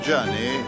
journey